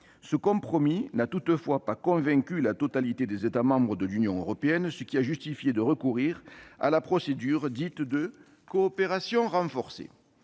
Ce compromis n'a toutefois pas convaincu la totalité des États membres de l'Union européenne, ce qui a justifié de recourir à la procédure dite de coopération renforcée.